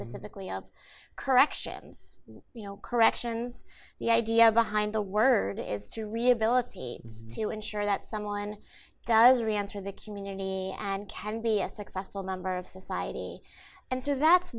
of corrections you know corrections the idea behind the word is to re ability to ensure that someone does re answer the community and can be a successful member of society and so that's